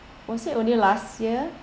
was it only last year